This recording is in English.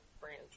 branch